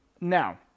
now